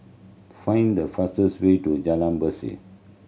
find the fastest way to Jalan Berseh